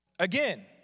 Again